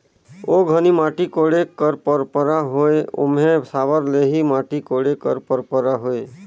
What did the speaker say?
ओ घनी माटी कोड़े कर पंरपरा होए ओम्हे साबर ले ही माटी कोड़े कर परपरा होए